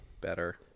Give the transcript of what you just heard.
better